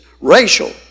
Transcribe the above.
racial